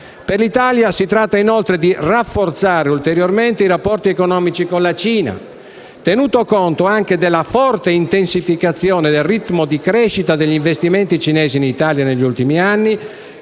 Per l'Italia si tratta inoltre di rafforzare ulteriormente i rapporti economici con la Cina, tenuto conto anche della forte intensificazione del ritmo di crescita degli investimenti cinesi in Italia negli ultimi anni,